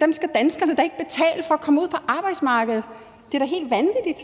Dem skal danskerne da ikke betale for at få ud på arbejdsmarkedet. Det er da helt vanvittigt.